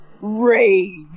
rage